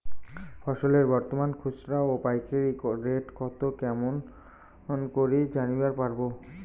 ফসলের বর্তমান খুচরা ও পাইকারি রেট কতো কেমন করি জানিবার পারবো?